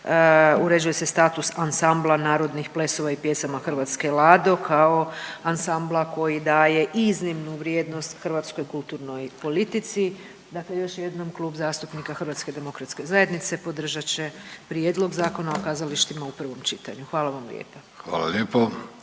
uređuje se status Ansambla narodnih plesova i pjesama Hrvatske Lado kao ansambla koji daje iznimnu vrijednost hrvatskoj kulturno politici. Dakle, još jednom Klub HDZ-a podržat će Prijedlog Zakona o kazalištima u prvom čitanju. Hvala vam lijepo. **Vidović,